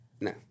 No